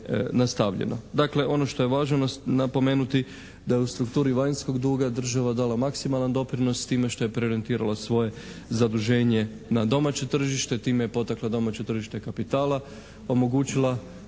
Dakle, ono što je važno napomenuti da je u strukturi vanjskog duga država dala maksimalni doprinos time što je preorijentirala svoje zaduženje na domaće tržište, time je potakla domaće tržište kapitala, omogućila